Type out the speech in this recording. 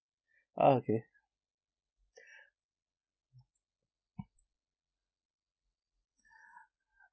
oh okay